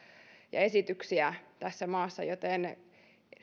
ja esityksiä tässä maassa ja